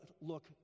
look